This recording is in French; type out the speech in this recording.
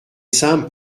simple